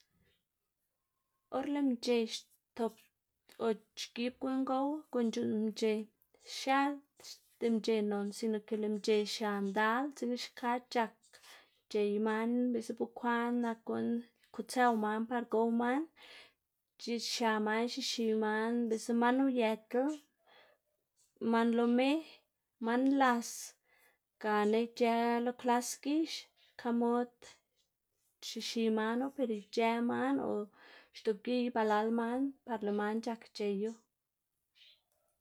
Or lëꞌ mc̲h̲e xtop o xgib guꞌn gow, guꞌn c̲h̲uꞌnn mc̲h̲e xiaꞌda mc̲h̲e non sino ke lëꞌ mc̲h̲e xia ndal, dzekna xka c̲h̲ak c̲h̲ey man biꞌlsa bekwaꞌn nak guꞌn kutsëw man par gow man, xia man c̲h̲ixi man biꞌlsa man uyëtla, man lo me, man las gana ic̲h̲ë lo klas gix, xka mod xixi manu per ic̲h̲ë man o xdoꞌpgiy balal man par lëꞌ man c̲h̲ak c̲h̲eyu.